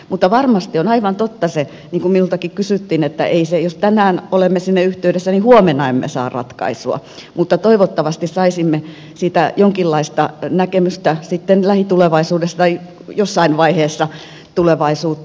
mutta varmasti on aivan totta se niin kuin minultakin kysyttiin että jos tänään olemme sinne yhteydessä niin huomenna emme saa ratkaisua mutta toivottavasti saisimme siitä jonkinlaista näkemystä sitten lähitulevaisuudessa tai jossain vaiheessa tulevaisuutta